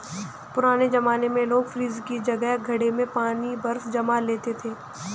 पुराने जमाने में लोग फ्रिज की जगह घड़ा में बर्फ जमा लेते थे